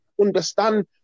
understand